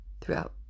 throughout